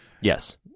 Yes